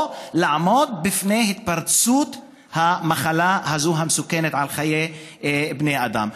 או לעמוד בפני התפרצות המחלה הזו המסכנת חיי בני אדם.